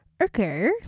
Okay